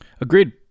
Agreed